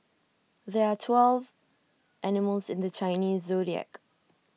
there are twelve animals in the Chinese zodiac